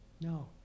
No